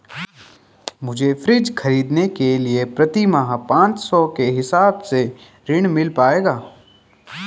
मुझे फ्रीज खरीदने के लिए प्रति माह पाँच सौ के हिसाब से ऋण मिल पाएगा?